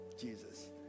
jesus